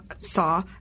saw